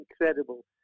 incredible